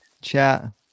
chat